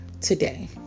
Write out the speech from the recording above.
today